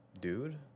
Dude